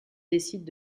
décident